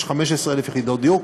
יש 15,000 יחידות דיור,